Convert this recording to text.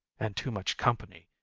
and too much company,